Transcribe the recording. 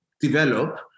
develop